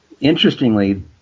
interestingly